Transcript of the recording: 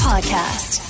Podcast